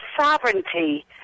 sovereignty